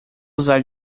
usar